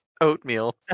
oatmeal